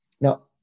Now